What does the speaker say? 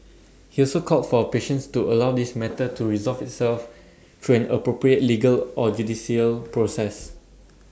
he also called for patience to allow this matter to resolve itself through an appropriate legal or judicial process